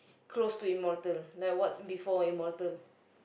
close to immortal like what's before immortal